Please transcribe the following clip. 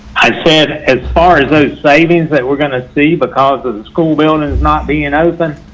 i said and far as those savings that we're gonna see, because of the school buildings not being and open.